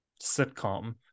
sitcom